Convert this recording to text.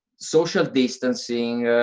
social distancing,